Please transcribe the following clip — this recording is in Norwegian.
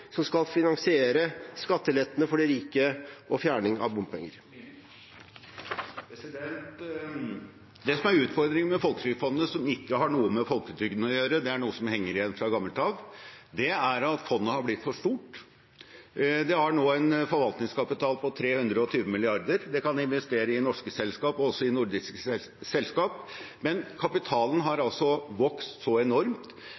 som skal finansiere skattelettene for de rike og fjerning av bompenger. Det som er utfordringen ved Folketrygdfondet – som ikke har noe med folketrygden å gjøre, det er noe som henger igjen fra gammelt av – er at fondet har blitt for stort. Det har nå en forvaltningskapital på 320 mrd. kr, det kan investere i norske selskap og også i nordiske selskap, men kapitalen har vokst så enormt